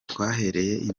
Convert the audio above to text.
twahereye